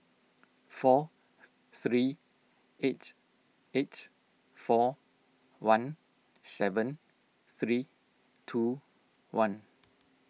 four three eight eight four one seven three two one